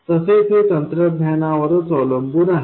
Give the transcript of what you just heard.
तसेच हे तंत्रज्ञानावरच अवलंबून आहे